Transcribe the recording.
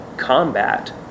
Combat